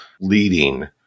leading